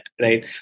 Right